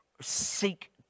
seek